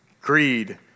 Greed